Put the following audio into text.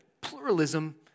pluralism